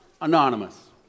anonymous